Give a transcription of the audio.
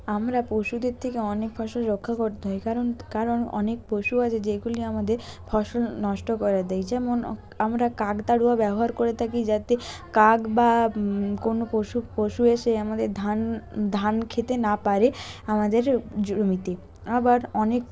আমরা পশুদের থেকে অনেক ফসল রক্ষা করতে হয় কারণ কারণ অনেক পশু আছে যেগুলি আমাদের ফসল নষ্ট করে দেয় যেমন আমরা কাকতাড়ুয়া ব্যবহার করে থাকি যাতে কাক বা কোনো পশু পশু এসে আমাদের ধান ধান খেতে না পারে আমাদের জমিতে আবার অনেক